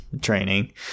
training